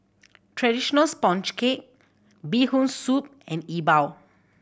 traditional sponge cake Bee Hoon Soup and E Bua